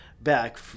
back